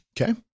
Okay